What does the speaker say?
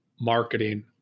marketing